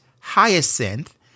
Hyacinth